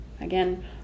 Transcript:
again